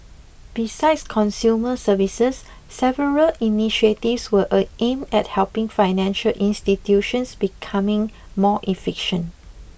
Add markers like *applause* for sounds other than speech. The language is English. besides consumer services several initiatives were *unintelligible* aimed at helping financial institutions becoming more efficient